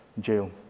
jail